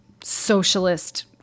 socialist